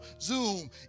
Zoom